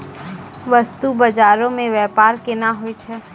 बस्तु बजारो मे व्यपार केना होय छै?